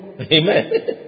Amen